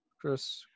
Chris